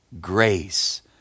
grace